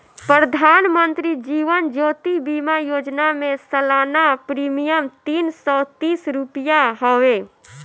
प्रधानमंत्री जीवन ज्योति बीमा योजना में सलाना प्रीमियम तीन सौ तीस रुपिया हवे